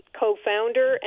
co-founder